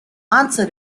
answer